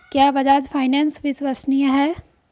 क्या बजाज फाइनेंस विश्वसनीय है?